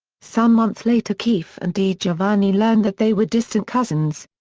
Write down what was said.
some months later keefe and digiovanni learned that they were distant cousins.